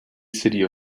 city